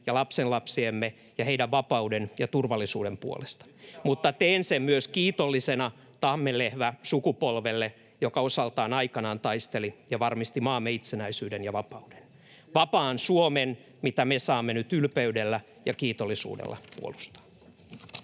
ja lapsenlapsiemme ja heidän vapautensa ja turvallisuutensa puolesta, mutta teen sen myös kiitollisena tammenlehvässukupolvelle, joka osaltaan aikanaan taisteli ja varmisti maamme itsenäisyyden ja vapauden — vapaan Suomen, mitä me saamme nyt ylpeydellä ja kiitollisuudella puolustaa.